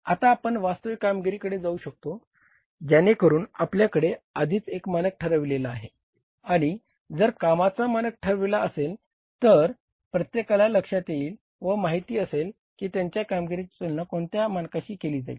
आता आपण वास्तविक कामगिरीकडे जाऊ शकतो ज्याने करून आपल्याकडे आधीच एक मानक ठरविलेला आहे आणि जर कामाचा मानक ठरविलेला असेल तर प्रत्येकाला लक्षात येईल व माहिती असेल की त्यांच्या कामगिरीची तुलना कोणत्यातरी मानकाशी केले जाईल